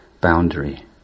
boundary